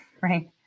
right